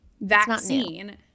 vaccine